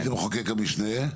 מי זה מחוקק המשנה?